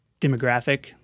demographic